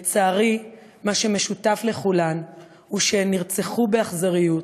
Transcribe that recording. לצערי, מה שמשותף לכולן הוא שהן נרצחו באכזריות